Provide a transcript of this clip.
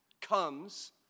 comes